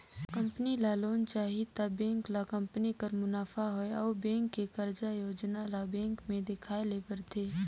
company ल loan चाही त बेंक ल कंपनी कर मुनाफा होए अउ बेंक के कारज योजना ल बेंक में देखाए ले परथे